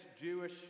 Jewish